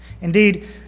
Indeed